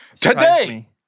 Today